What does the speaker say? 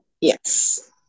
Yes